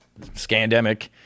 Scandemic